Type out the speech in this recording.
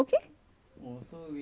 oh no they will send to us